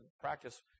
practice